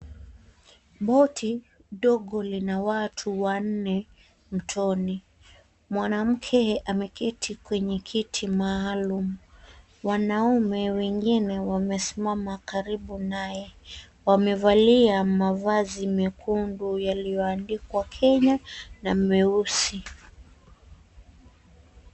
Boti dogo lina watu wanne mtoni. Mwanamke ameketi kwenye kiti maalum. Wanaume wengine wamesimama karibu naye. Wamevalia mavazi mekundu yalioandikwa Kenya na meusi.